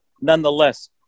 nonetheless